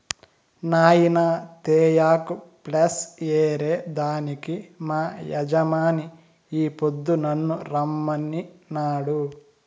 నాయినా తేయాకు ప్లస్ ఏరే దానికి మా యజమాని ఈ పొద్దు నన్ను రమ్మనినాడు